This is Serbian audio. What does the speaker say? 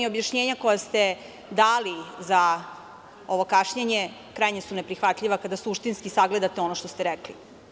Objašnjenja koja ste dali za ovo kašnjenje krajnje su neprihvatljiva kada suštinski sagledate ono što ste rekli.